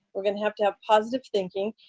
we're going to have to have positive thinking,